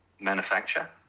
manufacture